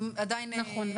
נכון,